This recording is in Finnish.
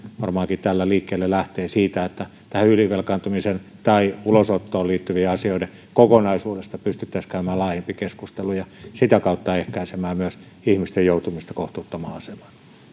varmaankin täällä liikkeelle lähtee että tähän ylivelkaantumiseen ja ulosottoon liittyvien asioiden kokonaisuudesta pystyttäisiin käymään laajempi keskustelu ja myös sitä kautta ehkäisemään ihmisten joutumista kohtuuttomaan asemaan